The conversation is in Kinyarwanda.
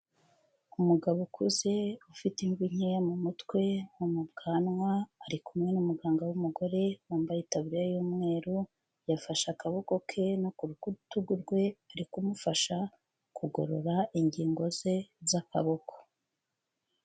Umugabo ukuze ufite imvi nkeya mu mutwe no mu bwanwa, ari kumwe n'umuganga w'umugore wambaye itaburiya y'umweru yafashe akaboko ke no ku rukutugu rwe, ari kumufasha kugorora ingingo ze z'akaboko.